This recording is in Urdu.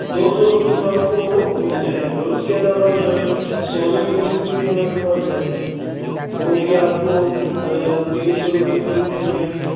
دوسو روپیے کلو آپ کو وہ مل جائے گی اور اس کے علاوہ جو ہے سولی مچھلی بھی ہمارے پاس ہے وہ بھی آپ کو تین سو روپیے کلو مل جائے گی